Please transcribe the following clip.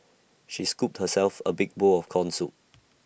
she scooped herself A big bowl of Corn Soup